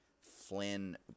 Flynn